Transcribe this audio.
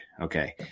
okay